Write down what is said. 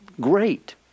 great